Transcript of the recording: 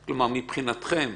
כלומר, מבחינתכם,